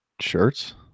shirts